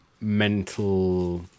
mental